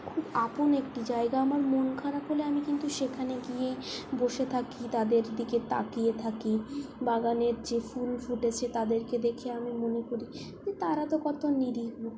খুব আপন একটি জায়গা আমার মন খারাপ হলে আমি কিন্তু সেখানে গিয়েই বসে থাকি তাদের দিকে তাকিয়ে থাকি বাগানের যে ফুল ফুটেছে তাদেরকে দেখে আমি মনে করি তারা তো কত নিরীহ